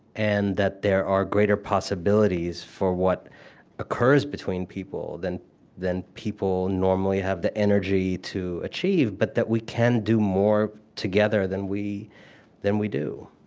and that there are greater possibilities for what occurs between people than than people normally have the energy to achieve, but that we can do more together than we than we do.